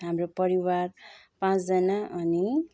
हाम्रो परिवार पाँचजना अनि